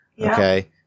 Okay